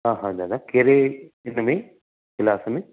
हा हा दादा कहिड़े हिन में क्लास में